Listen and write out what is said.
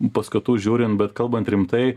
paskatų žiūrint bet kalbant rimtai